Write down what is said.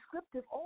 descriptive